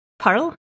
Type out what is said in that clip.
Pearl